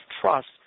trust